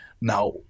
Now